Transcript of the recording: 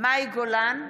מאי גולן,